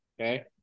Okay